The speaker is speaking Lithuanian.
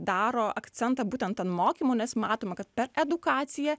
daro akcentą būtent an mokymų nes matome kad per edukaciją